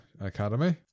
Academy